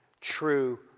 true